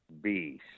beast